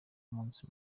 nk’umunsi